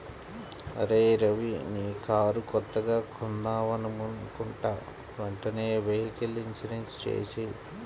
అరేయ్ రవీ నీ కారు కొత్తగా కొన్నావనుకుంటా వెంటనే వెహికల్ ఇన్సూరెన్సు చేసేయ్